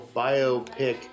biopic